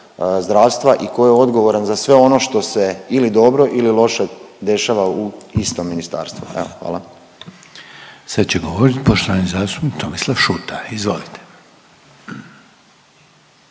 zdravstva i tko je odgovoran za sve ono što se ili dobro ili loše dešava u istom ministarstvu. Evo, hvala. **Reiner, Željko (HDZ)** Sad će govorit poštovani zastupnik Tomislav Šuta. Izvolite.